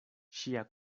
ŝia